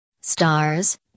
Stars